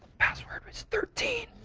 password is thirteen,